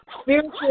Spiritual